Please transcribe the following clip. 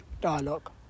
Dialogue